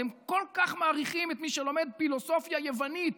אתם כל כך מעריכים את מי שלומד פילוסופיה יוונית,